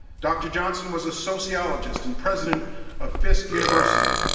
dr. johnson was a sociologist and president of fisk university,